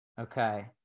Okay